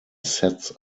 sets